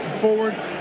forward